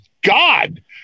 god